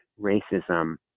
racism